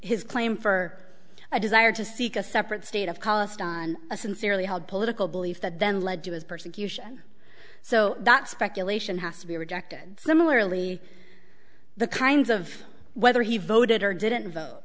his claim for a desire to seek a separate state of khalid on a sincerely held political belief that then led to his persecution so that speculation has to be rejected similarly the kinds of whether he voted or didn't vote